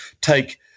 take